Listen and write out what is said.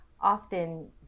often